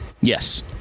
Yes